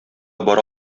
бара